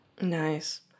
Nice